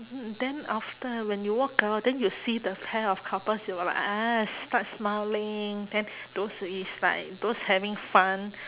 mm then after when you walk out then you see the pair of couples you will like ah start smiling then those is like those having fun